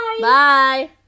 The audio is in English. Bye